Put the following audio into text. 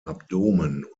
abdomen